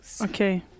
Okay